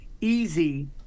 easy